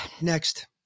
next